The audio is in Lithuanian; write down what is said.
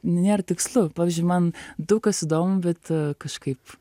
nėra tikslu pavyzdžiui man daug kas įdomu bet kažkaip